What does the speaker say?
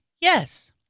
Yes